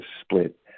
split